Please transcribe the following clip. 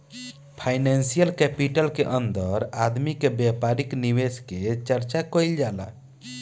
financial capital के अंदर आदमी के व्यापारिक निवेश के चर्चा कईल जाला